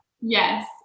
Yes